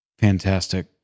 fantastic